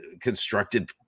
constructed